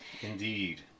Indeed